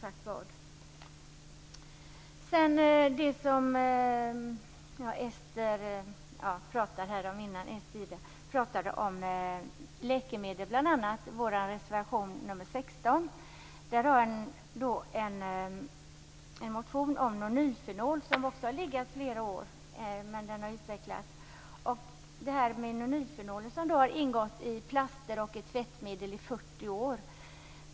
Ester Lindstedt-Staaf pratade bl.a. om läkemedel och vår reservation nr 16. Det gäller en motion om nonylfenol som också har legat flera år. Men den har utvecklats. Nonylfenol har ingått i plaster och tvättmedel i 40 år.